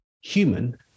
human